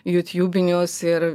jutjūbinius ir